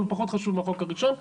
אבל הוא פחות חשוב מהחוק הראשון.